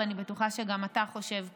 ואני בטוחה שגם אתה חושב כך,